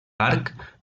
arc